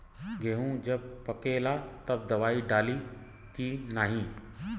गेहूँ जब पकेला तब दवाई डाली की नाही?